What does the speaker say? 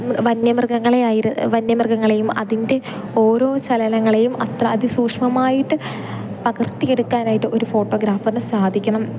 വന്യമൃഗങ്ങളെയായി വന്യമൃഗങ്ങളെയും അതിൻ്റെ ഓരോ ചലനങ്ങളെയും അത്ര അതിസൂഷ്മമായിട്ട് പകർത്തിയെടുക്കാനായിട്ട് ഒരു ഫോട്ടോഗ്രാഫറിനു സാധിക്കണം